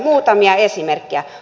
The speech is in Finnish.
muutamia esimerkkejä